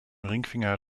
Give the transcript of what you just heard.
ringfinger